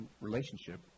relationship